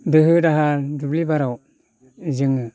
दोहो दाहा दुब्लि बारियाव जोङो